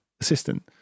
assistant